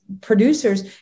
producers